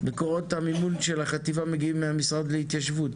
מקורות המימון של החטיבה מגיעים מהמשרד להתיישבות,